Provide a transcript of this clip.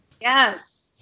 yes